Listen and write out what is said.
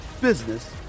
business